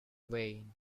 vain